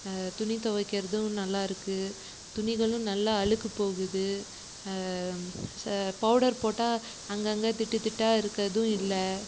துணி துவைக்கிறதும் நல்லாயிருக்கு துணிகளும் நல்லா அழுக்குப் போகுது ச பவுடர் போட்டால் அங்கங்கே திட்டு திட்டாக இருக்கிறதும் இல்லை